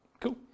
Cool